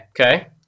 okay